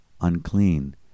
unclean